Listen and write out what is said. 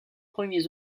premiers